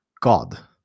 God